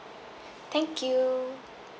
thank you